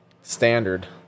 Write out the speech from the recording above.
standard